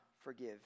forgive